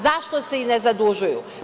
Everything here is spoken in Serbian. Zašto se i ne zadužuju?